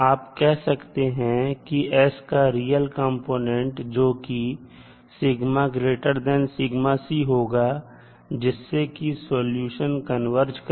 आप कह सकते हैं कि s का रियल कंपोनेंट जोकिहोगा जिससे कि सॉल्यूशन कन्वर्ज करें